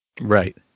Right